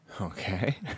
Okay